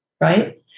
right